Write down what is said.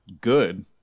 good